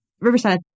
Riverside